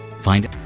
Find